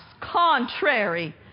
contrary